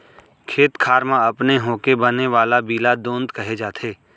खेत खार म अपने होके बने वाला बीला दोंद कहे जाथे